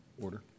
Order